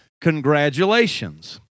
congratulations